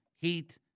Heat